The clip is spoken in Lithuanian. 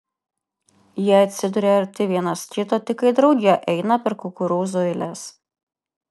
jie atsiduria arti vienas kito tik kai drauge eina per kukurūzų eiles